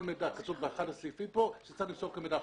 באחד הסעיפים פה כתוב שצריך למסור את המידע.